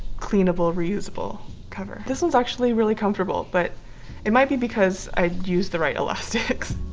cleanable reusable cover. this one's actually really comfortable but it might be because i used the right elastics